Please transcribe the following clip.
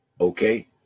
Okay